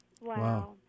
Wow